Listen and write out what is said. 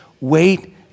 wait